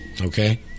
Okay